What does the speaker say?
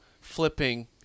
flipping